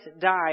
died